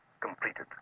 completed